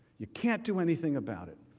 you can't do anything about it.